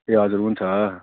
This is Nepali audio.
ए हजुर हुन्छ